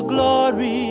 Glory